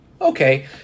okay